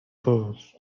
todos